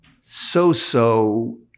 so-so